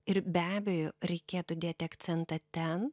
ir be abejo reikėtų dėti akcentą ten